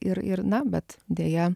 ir ir na bet deja